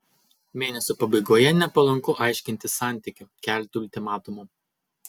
mėnesio pabaigoje nepalanku aiškintis santykių kelti ultimatumų